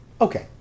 Okay